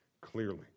clearly